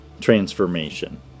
transformation